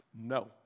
no